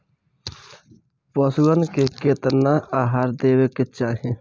पशुअन के केतना आहार देवे के चाही?